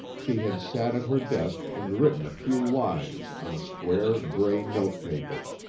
she had sat at her desk and written a few lines on square, gray note paper.